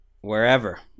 wherever